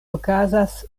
okazas